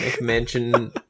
Mansion